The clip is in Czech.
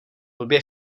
blbě